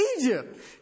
Egypt